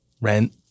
rent